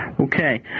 Okay